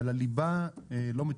אבל הליבה לא.